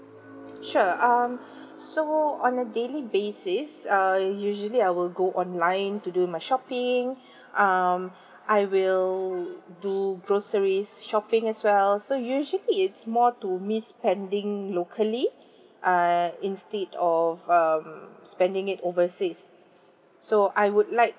sure um so on a daily basis uh usually I will go online to do my shopping um I will do grocery shopping as well so usually it's more to me spending locally uh instead of um spending it overseas so I would like